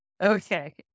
Okay